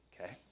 Okay